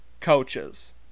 coaches